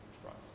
trust